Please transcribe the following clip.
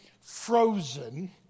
frozen